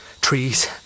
trees